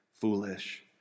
foolish